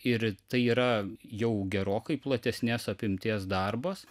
ir tai yra jau gerokai platesnės apimties darbas